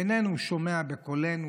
איננו שמע בקלנו",